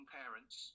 parents